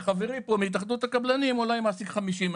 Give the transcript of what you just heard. וחברי פה מהתאחדות הקבלנים אולי מעסיק 50 אלף.